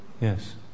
yes